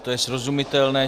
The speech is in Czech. To je srozumitelné.